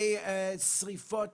משרפות